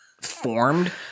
formed